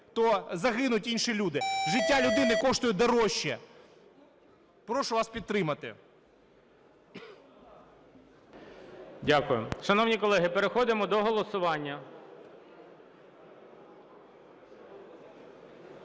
то загинуть інші люди. Життя людини коштує дорожче. Прошу вас підтримати. ГОЛОВУЮЧИЙ. Дякую. Шановні колеги, переходимо до голосування.